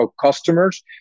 customers